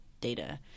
data